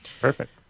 Perfect